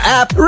app